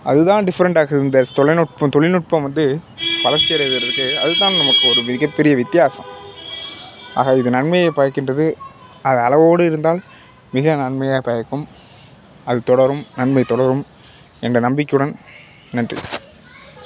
அது தான் டிஃபரெண்ட்டாக இந்த நுட்பம் தொழில்நுட்பம் வந்து வளர்ச்சி அடைவதற்கு அது தான் நமக்கு ஒரு மிகப்பெரிய வித்தியாசம் ஆக இது நன்மையை பயக்கின்றது அது அளவோடு இருந்தால் மிக நன்மையை பயக்கும் அது தொடரும் நன்மை தொடரும் என்ற நம்பிக்கையுடன் நன்றி